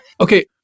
Okay